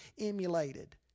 emulated